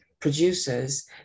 producers